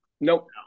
Nope